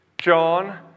John